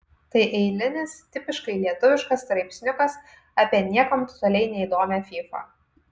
tai eilinis tipiškai lietuviškas straipsniukas apie niekam totaliai neįdomią fyfą